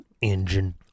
engine